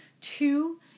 Two